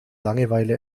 langeweile